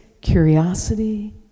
curiosity